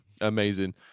Amazing